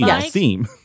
theme